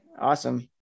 Awesome